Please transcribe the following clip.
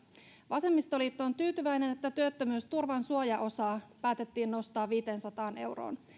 vasemmistoliitto on tyytyväinen että työttömyysturvan suojaosaa päätettiin nostaa viiteensataan euroon